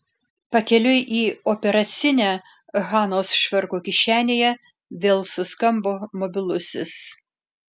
pakeliui į operacinę hanos švarko kišenėje vėl suskambo mobilusis